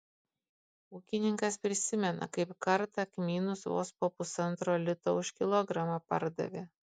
ūkininkas prisimena kaip kartą kmynus vos po pusantro lito už kilogramą pardavė